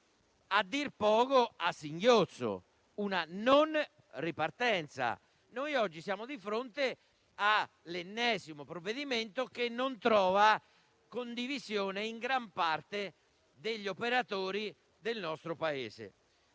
a dir poco a singhiozzo, una non ripartenza. Oggi siamo di fronte all'ennesimo provvedimento non condiviso da gran parte degli operatori del nostro Paese.